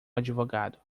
advogado